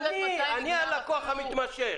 יודעת מתי נגמר --- אני הלקוח המתמשך.